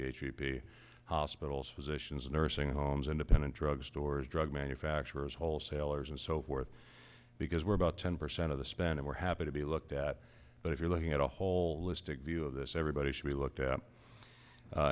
e hospitals physicians nursing homes independent drug stores drug manufacturers wholesalers and so forth because we're about ten percent of the spend we're happy to be looked at but if you're looking at a holistic view of this everybody should be looked at